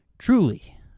Truly